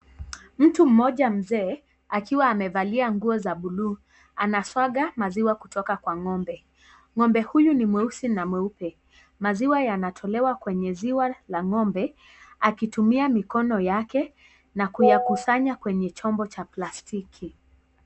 Mtu mmoja mzee akiwa amevalia nguo za buluu anaswaga maziwa kutoka kwa ng'ombe. Ng'ombe huyu ni mweusi na mweupe maziwa yanatolewa kwenye ziwa la ng'ombe akitumia mikono yake na kuyakusanya kwenye chombo cha plastiki.